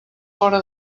fora